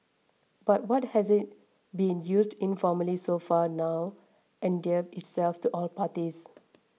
but what has been used informally so far has now endeared itself to all parties